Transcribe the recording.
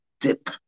dip